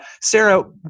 Sarah